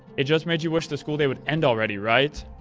it just made you wish the school day would end already, right?